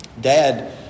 Dad